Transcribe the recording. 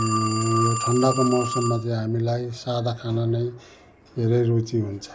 यो ठन्डाको मौसममा चाहिँ हामीलाई सादा खाना नै धेरै रुचि हुन्छ